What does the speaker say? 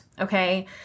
Okay